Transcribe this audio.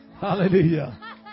Hallelujah